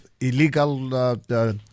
illegal